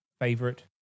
favorite